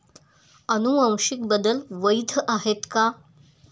अनुवांशिक बदल वैध आहेत का?